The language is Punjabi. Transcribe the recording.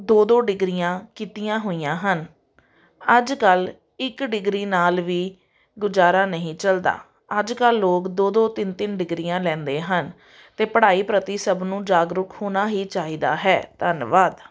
ਦੋ ਦੋ ਡਿਗਰੀਆਂ ਕੀਤੀਆਂ ਹੋਈਆਂ ਹਨ ਅੱਜ ਕੱਲ੍ਹ ਇੱਕ ਡਿਗਰੀ ਨਾਲ ਵੀ ਗੁਜ਼ਾਰਾ ਨਹੀਂ ਚੱਲਦਾ ਅੱਜ ਕੱਲ੍ਹ ਲੋਕ ਦੋ ਦੋ ਤਿੰਨ ਤਿੰਨ ਡਿਗਰੀਆਂ ਲੈਂਦੇ ਹਨ ਅਤੇ ਪੜ੍ਹਾਈ ਪ੍ਰਤੀ ਸਭ ਨੂੰ ਜਾਗਰੂਕ ਹੋਣਾ ਹੀ ਚਾਹੀਦਾ ਹੈ ਧੰਨਵਾਦ